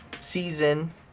season